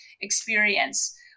experience